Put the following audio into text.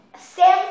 Sam